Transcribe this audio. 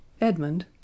Edmund